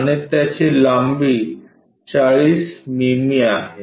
आणि त्याची लांबी 40 मिमी आहे